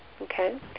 Okay